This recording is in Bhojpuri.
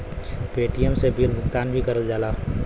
पेटीएम से बिल भुगतान भी करल जाला